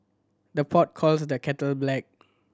the pot calls the kettle black